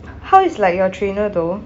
how is like your trainer though